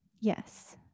yes